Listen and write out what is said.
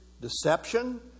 deception